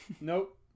Nope